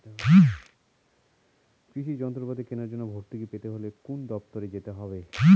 কৃষি যন্ত্রপাতি কেনার জন্য ভর্তুকি পেতে হলে কোন দপ্তরে যেতে হবে?